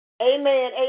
Amen